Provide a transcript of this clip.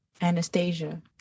Anastasia